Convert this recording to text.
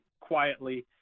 quietly